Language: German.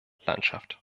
landschaft